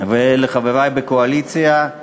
ולחברי בקואליציה.